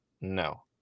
No